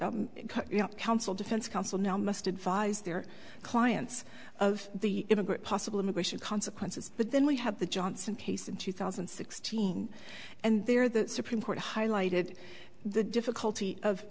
that counsel defense counsel now must advise their clients of the immigrant possible immigration consequences but then we have the johnson case in two thousand and sixteen and there the supreme court highlighted the difficulty of